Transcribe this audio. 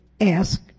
ask